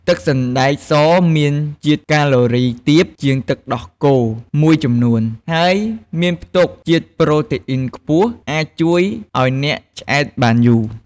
ទឹកសណ្តែកសមានជាតិកាឡូរីទាបជាងទឹកដោះគោមួយចំនួន ហើយមានផ្ទុកជាតិប្រូតេអុីនខ្ពស់អាចជួយឱ្យអ្នកឆ្អែតបានយូរ។